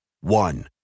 One